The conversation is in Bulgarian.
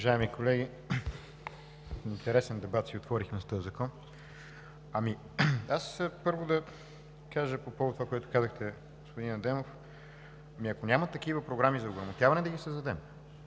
Уважаеми колеги, интересен дебат си отворихме с този закон. Първо, да кажа по повод на това, което казахте, господин Адемов: ами, ако няма такива програми за ограмотяване, да ги създадем!